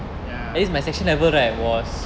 ya